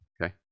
Okay